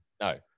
No